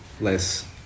Less